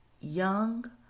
young